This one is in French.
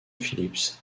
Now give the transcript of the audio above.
phillips